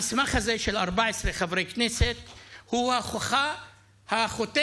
המסמך הזה של 14 חברי הכנסת הוא ההוכחה החותכת